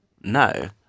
No